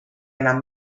enam